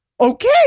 Okay